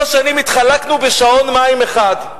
כל השנים התחלקנו בשעון מים אחד.